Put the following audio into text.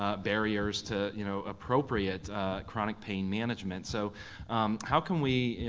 ah barriers to you know appropriate chronic pain management. so how can we,